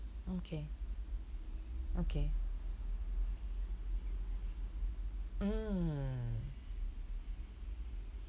okay okay mm